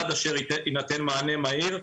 עד אשר יינתן מענה מהיר,